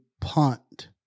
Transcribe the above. punt